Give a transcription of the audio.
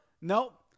Nope